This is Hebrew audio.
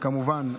כמובן,